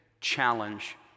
challenge